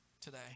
today